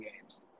games